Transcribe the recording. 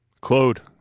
claude